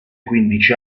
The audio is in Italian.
quindici